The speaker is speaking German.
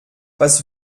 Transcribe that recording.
was